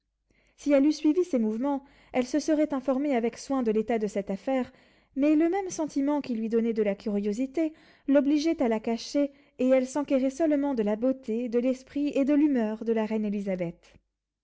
si elle eût suivi ses mouvements elle se serait informée avec soin de l'état de cette affaire mais le même sentiment qui lui donnait de la curiosité l'obligeait à la cacher et elle s'enquérait seulement de la beauté de l'esprit et de l'humeur de la reine élisabeth